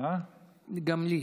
גם לי.